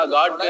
God